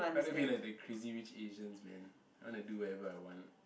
I want to be like the Crazy-Rich-Asians man I want to do whatever I want